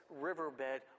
riverbed